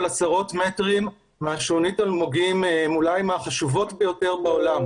עשרות מטרים מהשונית אלמוגים שהיא אולי מהחשובות ביותר בעולם.